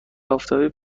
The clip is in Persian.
آفتابی